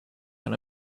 when